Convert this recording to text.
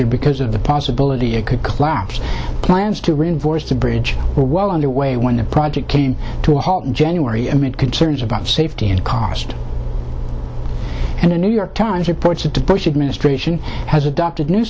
year because of the possibility it could collapse plans to reinforce the bridge are well underway when the project came to a halt in january amid concerns about safety and cost and the new york times reports that the bush administration has adopted new